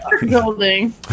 building